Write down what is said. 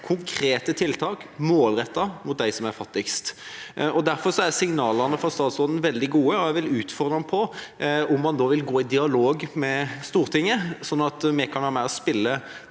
konkrete tiltak, målrettet mot dem som er fattigst. Derfor er signalene fra statsråden veldig gode, og jeg vil utfordre ham på om han vil gå i dialog med Stortinget, sånn at vi kan være med på å spille